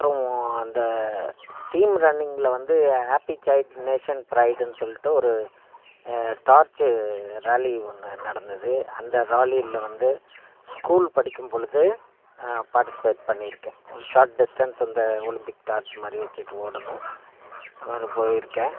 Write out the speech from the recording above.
அப்புறம் அந்த டீம் ரன்னிங்கில் வந்து ஹாப்பி சைட் நேஷன் ப்ரைடுனு சொல்லிட்டு ஒரு டார்ச்சு ராலி ஒன்று நடந்தது அந்த ராலியில் வந்து ஸ்கூல் படிக்கும் பொழுது பார்டிஸிபேட் பண்ணிருக்கேன் ஒரு short distance in the Olympic torch மாதிரி வச்சுட்டு ஓடணும் போயிருக்கேன்